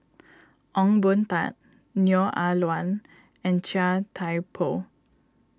Ong Boon Tat Neo Ah Luan and Chia Thye Poh